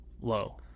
Low